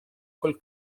col